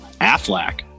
AFLAC